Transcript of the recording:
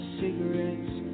cigarettes